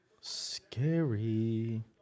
Scary